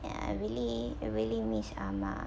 and I really I really miss ah-ma